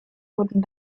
wurden